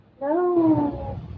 No